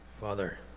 Father